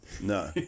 No